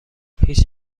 هیچ